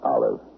Olive